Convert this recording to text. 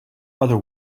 other